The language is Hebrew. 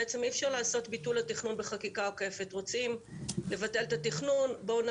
אפשר לחכות שתי דקות לראות שהם יבואו אבל אני מציע